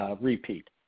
repeat